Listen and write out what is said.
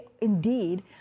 indeed